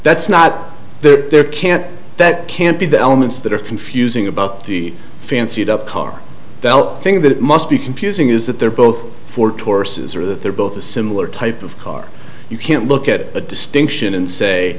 that's not the there can't that can't be the elements that are confusing about the fancied up car thing that it must be confusing is that they're both for tauruses or that they're both a similar type of car you can't look at a distinction and say